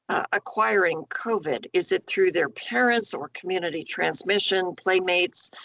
acquiring covid? is it through their parents or community transmission, playmates?